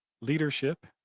leadership